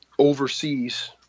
Overseas